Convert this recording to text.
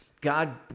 God